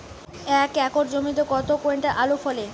এক একর জমিতে কত কুইন্টাল আলু ফলে?